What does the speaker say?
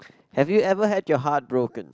have you ever had your heart broken